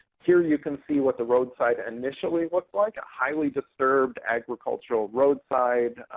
here you can see what the roadside initially looked like, a highly disturbed agricultural roadside.